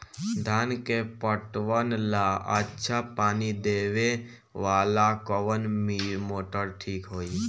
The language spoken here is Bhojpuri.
धान के पटवन ला अच्छा पानी देवे वाला कवन मोटर ठीक होई?